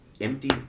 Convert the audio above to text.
empty